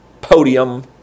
podium